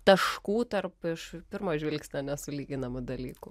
taškų tarp iš pirmo žvilgsnio nesulyginamų dalykų